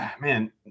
Man